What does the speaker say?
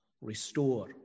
restore